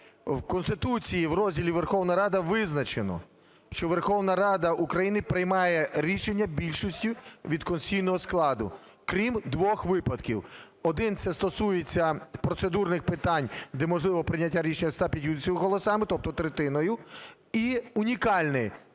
В Конституції в розділі "Верховна Рада" визначено, що Верховна Рада України приймає рішення більшістю від конституційного складу, крім двох випадків. Один – це стосується процедурних питань, де можливо прийняття рішення 150 голосами, тобто третиною. І унікальний